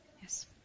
Yes